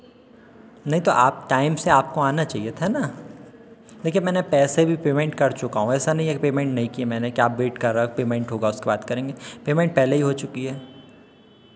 नहीं तो आप टाइम से आपको आना चाहिए था ना देखिए मैंने पैसे भी पेमेंट कर चुका हूँ ऐसा नहीं है कि पेमेंट नहीं किया मैंने की आप वेट कर रहे हैं पेमेंट होगा उसके बाद करेंगे पेमेंट पहले ही हो चुकी है